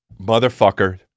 Motherfucker